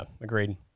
agreed